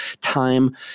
time